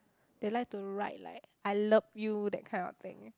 they like to write like I love you that kind of thing